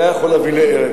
זה היה יכול להביא להרג.